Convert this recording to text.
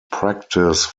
practice